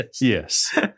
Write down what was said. Yes